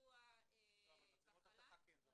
קבוע --- אבל מצלמות אבטחה כן.